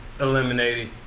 eliminated